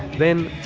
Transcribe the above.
then,